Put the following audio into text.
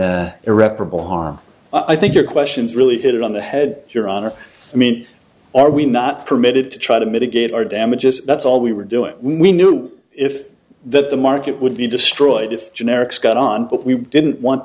the irreparable harm i think your questions really hit on the head your honor i mean are we not permitted to try to mitigate our damages that's all we were doing we knew if that the market would be destroyed if generics got on but we didn't want